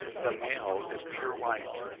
the male is pure white,